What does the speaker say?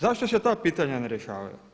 Zašto se ta pitanja ne rješavaju?